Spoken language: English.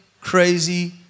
crazy